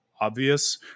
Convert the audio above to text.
obvious